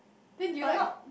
then do you like